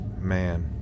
man